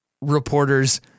reporters